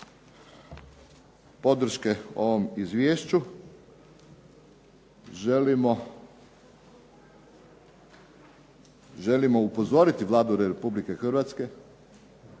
podrške ovom izvješću želimo upozoriti Vladu Republike Hrvatske